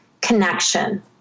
connection